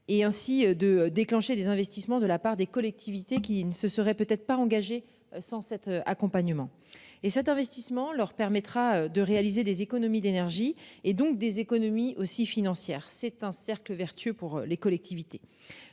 et ainsi de déclencher des investissements de la part des collectivités qui ne se serait peut être pas. Sans cet accompagnement et cet investissement leur permettra de réaliser des économies d'énergie et donc des économies aussi financière. C'est un cercle vertueux pour les collectivités.